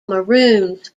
maroons